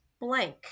blank